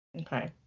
Okay